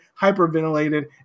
hyperventilated